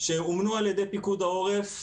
שאומנו על ידי פיקוד העורף,